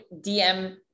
DM